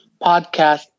podcast